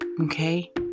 Okay